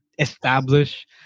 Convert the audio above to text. Establish